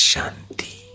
Shanti